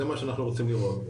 זה מה שאנחנו רוצים לראות.